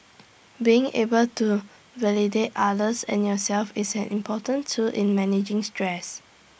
being able to validate others and yourself is an important tool in managing stress